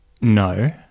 No